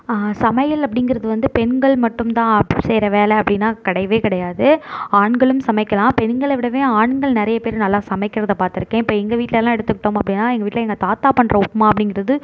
சமையல் அப்படிங்கிறது வந்து பெண்கள் மட்டும்தான் செய்கிற வேலை அப்படினா கிடையவே கிடையாது ஆண்களும் சமைக்கலாம் பெண்களை விடவே ஆண்கள் நிறைய பேர் நல்லா சமைக்கிறதை பார்த்துருக்கேன் இப்போ எங்கள் வீட்டெலலாம் எடுத்துக்கிட்டோம் அப்படினா எங்கள் வீட்டில் எங்கள் தாத்தா பண்ணுற உப்புமா அப்படிங்கிறது